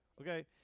okay